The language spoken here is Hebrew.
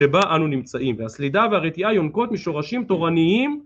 שבה אנו נמצאים. והסלידה והרתיעה יונקות משורשים תורניים